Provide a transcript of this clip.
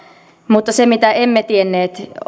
mutta se mitä emme tienneet